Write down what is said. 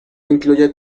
incluye